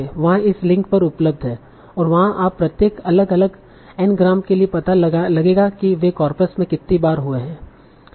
वहाँ इस लिंक पर उपलब्ध है और वहाँ आप प्रत्येक अलग अलग N ग्राम के लिए पता लगेगा कि वे कॉर्पस में कितनी बार हुए हैं